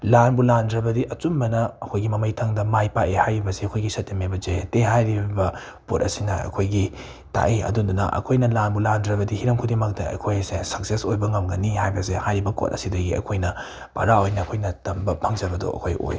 ꯂꯥꯟꯕꯨ ꯂꯥꯟꯗ꯭ꯔꯕꯗꯤ ꯑꯆꯨꯝꯕꯅ ꯑꯩꯈꯣꯏꯒꯤ ꯃꯃꯩꯊꯪꯗ ꯃꯥꯏ ꯄꯥꯛꯑꯦ ꯍꯥꯏꯔꯤꯕꯁꯦ ꯑꯩꯈꯣꯏꯒꯤ ꯁꯇ꯭ꯌ ꯃꯦꯕ ꯖꯌꯇꯦ ꯍꯥꯏꯔꯤꯕ ꯄꯣꯠ ꯑꯁꯤꯅ ꯑꯩꯈꯣꯏꯒꯤ ꯇꯥꯛꯑꯦ ꯑꯗꯨꯗꯨꯅ ꯑꯩꯈꯣꯏꯅ ꯂꯥꯟꯕꯨ ꯂꯥꯟꯗ꯭ꯔꯕꯗꯤ ꯍꯤꯔꯝ ꯈꯨꯗꯤꯡꯃꯛꯇ ꯑꯩꯈꯣꯏ ꯑꯁꯦ ꯁꯛꯁꯦꯁ ꯑꯣꯏꯕ ꯉꯝꯒꯅꯤ ꯍꯥꯏꯕꯁꯦ ꯍꯥꯏꯔꯤꯕ ꯀꯣꯠ ꯑꯁꯤꯗꯒꯤ ꯑꯩꯈꯣꯏꯅ ꯄꯔꯥ ꯑꯣꯏꯅ ꯑꯩꯈꯣꯏꯅ ꯇꯝꯕ ꯄꯥꯝꯖꯕꯗꯣ ꯑꯩꯈꯣꯏ ꯑꯣꯏ